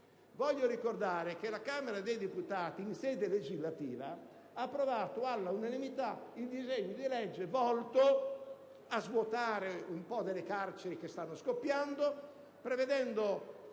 Voglio ricordare che la Camera dei deputati in sede legislativa ha approvato all'unanimità il disegno di legge volto a svuotare parzialmente le carceri che stanno scoppiando, prevedendo